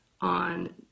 on